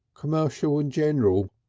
commercial and general,